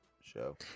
show